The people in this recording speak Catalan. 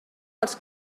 els